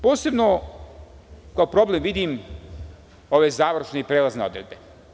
Posebno kao problem vidim ove završne i prelazne odredbe.